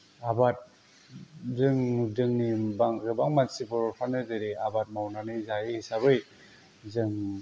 आबाद जों जोंनि गोबां मानसिफोर बर'फ्रानो दिनै आबाद मावनानै जायो हिसाबै जों